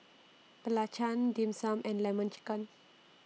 Belacan Dim Sum and Lemon Chicken